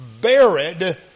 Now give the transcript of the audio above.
Buried